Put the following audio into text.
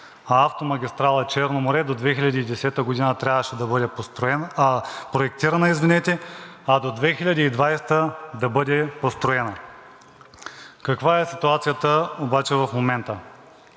а автомагистрала „Черно море“ до 2010 г. трябваше да бъде проектирана, а до 2020 г. да бъде построена. Каква е ситуацията обаче в момента?